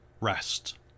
rest